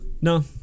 No